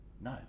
no